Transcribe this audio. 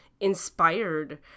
inspired